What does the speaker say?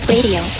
Radio